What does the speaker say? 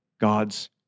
God's